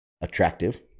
attractive